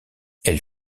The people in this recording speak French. elle